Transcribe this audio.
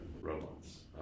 robots